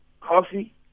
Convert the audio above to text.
coffee